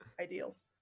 ideals